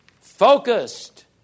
focused